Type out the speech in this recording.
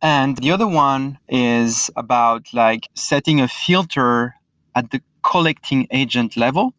and the other one is about like setting a filter at the collecting agent level